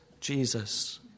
Jesus